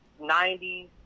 90s